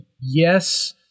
yes